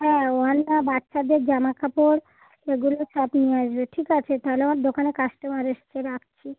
হ্যাঁ অন্না বাচ্চাদের জামা কাপড় এগুলো সব নিয়ে আসবো ঠিক আছে তাহলে আমার দোকানে কাস্টোমার এসেছে রাখছি